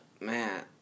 man